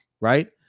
right